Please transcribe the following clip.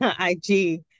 ig